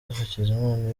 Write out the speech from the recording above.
hakizimana